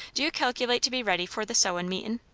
do you calculate to be ready for the sewin' meetin'?